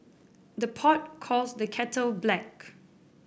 the pot calls the kettle black